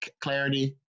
clarity